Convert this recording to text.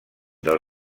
del